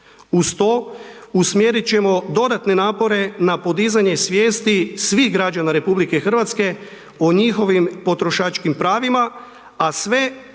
Uz to, usmjerit ćemo dodatne napore na podizanje svijesti svih građana RH o njihovim potrošačkim pravima a sve kako bi